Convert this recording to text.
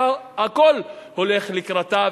שהכול הולך לקראתה,